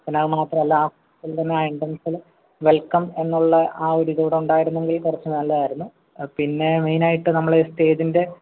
പിന്നെ അതു മാത്രമല്ല ആ കയറുന്ന ആ എൻട്രൻസിന് വെൽക്കം എന്നുള്ള ആ ഒരു ഇതുകൂടെ ഉണ്ടായിരുന്നെങ്കിൽ കുറച്ച് നല്ലതായിരുന്നു പിന്നെ മെയിൻ ആയിട്ട് നമ്മളെ സ്റ്റേജിൻ്റെ